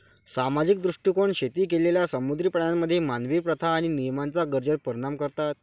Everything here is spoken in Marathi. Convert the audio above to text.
सामाजिक दृष्टीकोन शेती केलेल्या समुद्री प्राण्यांमध्ये मानवी प्रथा आणि नियमांच्या गरजेवर परिणाम करतात